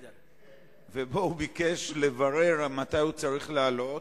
ובו הוא ביקש לברר מתי הוא צריך לעלות,